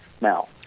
now